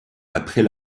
après